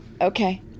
Okay